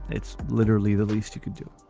it's literally the least you could do.